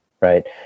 right